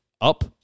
up